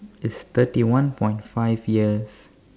is thirty one point five years